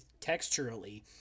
texturally